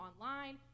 online